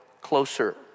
closer